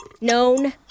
known